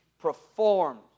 performed